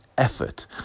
Effort